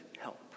help